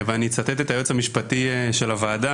אני אצטט את היועץ המשפטי של הוועדה,